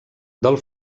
del